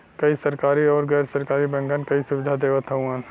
कई सरकरी आउर गैर सरकारी बैंकन कई सुविधा देवत हउवन